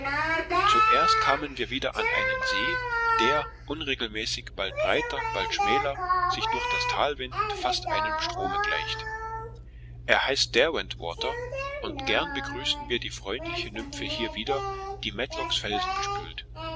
zuerst kamen wir wieder an einen see der unregelmäßig bald breiter bald schmäler sich durch das tal windend fast einem strome gleicht er heißt derwentwater und gern begrüßten wir die freundlich nymphe hier wieder die matlocks felsen bespült